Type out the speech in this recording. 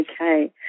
Okay